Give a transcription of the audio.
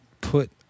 put